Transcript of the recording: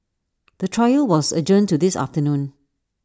the trial was adjourned to this afternoon